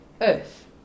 earth